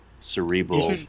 cerebral